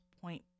point